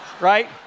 right